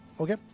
Okay